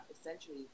Essentially